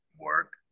work